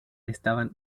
estaban